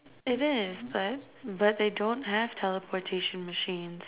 it is but but they don't have teleportation machines